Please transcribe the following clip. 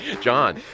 John